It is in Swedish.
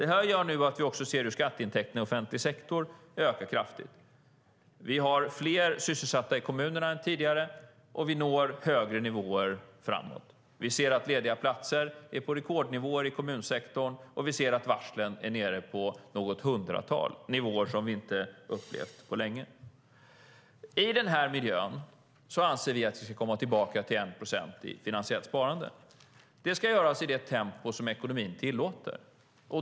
Detta gör att vi nu ser hur skatteintäkterna i offentlig sektor ökar kraftigt. Vi har fler sysselsatta i kommunerna än tidigare, och vi når högre nivåer framåt. Vi ser att lediga platser är på rekordnivåer i kommunsektorn, och vi ser att varslen är nere på något hundratal. Det är nivåer som vi inte upplevt på länge. I den här miljön anser vi att vi ska komma tillbaka till 1 procent i finansiellt sparande. Det ska göras i det tempo som ekonomin tillåter.